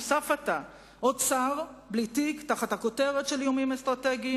נוסף עתה עוד שר בלי תיק תחת הכותרת של "איומים אסטרטגיים",